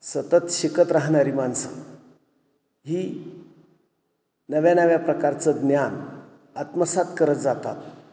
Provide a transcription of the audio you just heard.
सतत शिकत राहणारी माणसं ही नव्या नव्या प्रकारचं ज्ञान आत्मसात करत जातात